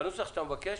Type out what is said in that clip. בנוסח שאתה מבקש